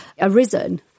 arisen